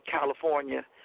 California